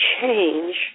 change